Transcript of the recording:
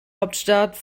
hauptstadt